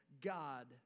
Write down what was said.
God